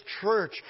church